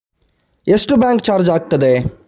ಎಷ್ಟು bank charge ಆಗುತ್ತದೆ?